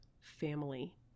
family